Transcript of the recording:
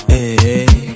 Hey